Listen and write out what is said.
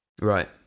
Right